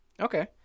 Okay